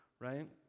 right